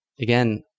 again